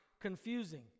confusing